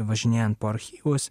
važinėjant po archyvus